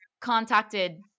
contacted